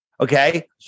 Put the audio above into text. Okay